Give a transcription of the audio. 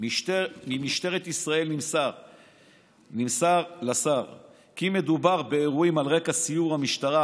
ממשטרת ישראל נמסר לשר כי מדובר באירועים על רקע סיוע המשטרה